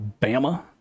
Bama